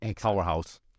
powerhouse